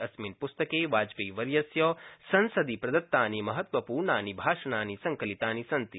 अस्मिन् पुस्तके वाजपेयीवर्यस्य संसदि प्रदत्तानि महत्वपूर्णानि भाषणानि संकलितानि सन्ति